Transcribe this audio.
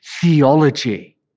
theology